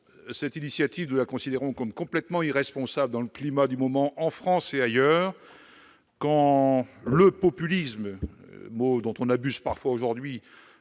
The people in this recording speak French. cette initiative comme complètement irresponsable dans le climat actuel, en France et ailleurs. Quand le populisme- un mot dont on abuse parfois aujourd'hui